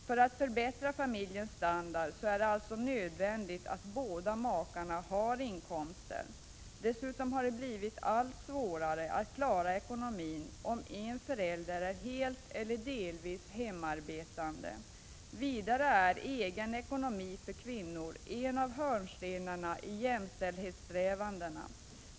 För att förbättra familjens standard är det alltså nödvändigt att båda makarna har inkomster. Dessutom har det blivit allt svårare att klara ekonomin om en förälder är helt eller delvis hemarbetande. Vidare är egen ekonomi för kvinnor en av hörnstenarna i jämställdhetssträvandena.